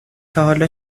تاحالا